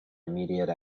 immediate